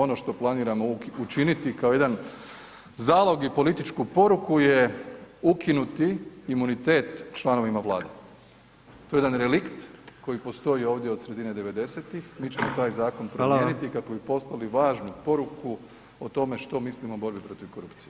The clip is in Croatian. Ono što planiramo učiniti kao jedan zalog i političku poruku je ukinuti imunitet članovima vlade, to je jedan relikt koji postoji ovdje od sredine 90.-tih, mi ćemo taj zakon promijeniti [[Upadica: Hvala]] kako bi poslali važnu poruku o tome što mislim o borbi protiv korupcije.